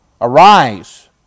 Arise